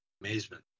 amazement